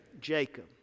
Jacob